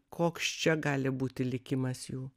koks čia gali būti likimas jų